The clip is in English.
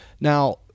Now